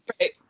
Right